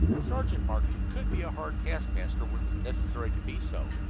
sergeant martin could be a hard taskmaster when it was necessary to be so,